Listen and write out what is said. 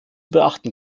beachten